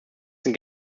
sind